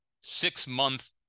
six-month